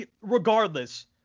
regardless